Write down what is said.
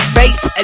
base